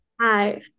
Hi